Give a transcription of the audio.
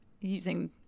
using